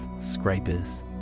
scrapers